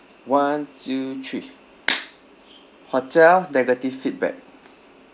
one two three hotel negative feedback